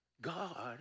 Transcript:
God